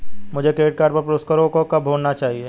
मुझे credit card पर पुरस्कारों को कब भुनाना चाहिए?